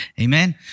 Amen